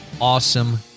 awesome